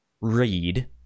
read